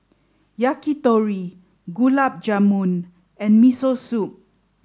Yakitori Gulab Jamun and Miso Soup